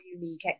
unique